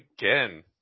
Again